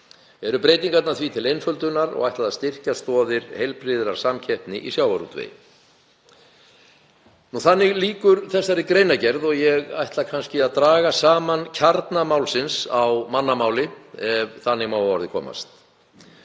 Eru breytingarnar því til einföldunar og ætlað að styrkja stoðir heilbrigðrar samkeppni í sjávarútvegi.“ Þannig lýkur þessari greinargerð og ég ætla að draga saman kjarna málsins á mannamáli, ef þannig má að orði komast.